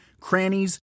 crannies